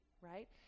right